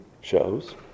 shows